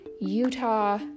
Utah